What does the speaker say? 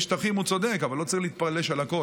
יש שטחים, הוא צודק, אבל לא צריך לפלוש להכול.